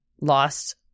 lost